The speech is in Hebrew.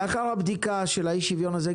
לאחר הבדיקה של אי השוויון הזה,